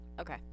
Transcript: Okay